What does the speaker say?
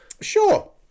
Sure